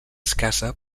escassa